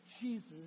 Jesus